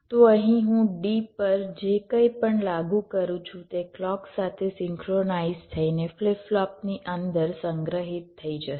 તો અહીં હું D પર જે કંઈપણ લાગુ કરું છું તે ક્લૉક સાથે સિંક્રોનાઇઝ થઈને ફ્લિપ ફ્લોપની અંદર સંગ્રહિત થઈ જશે